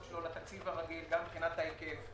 שלו לתקציב הרגיל גם מבחינת ההיקף,